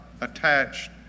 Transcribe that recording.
attached